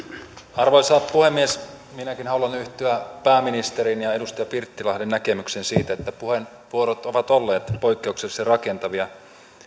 arvoisa puhemies minäkin haluan yhtyä pääministerin ja edustaja pirttilahden näkemyksiin siitä että puheenvuorot ovat olleet poikkeuksellisen rakentavia